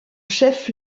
chef